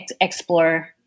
explore